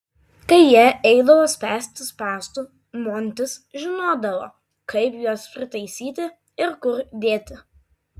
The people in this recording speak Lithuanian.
kai jie eidavo spęsti spąstų montis žinodavo kaip juos pritaisyti ir kur dėti